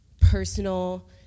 personal